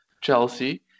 Chelsea